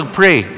pray